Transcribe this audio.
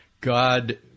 God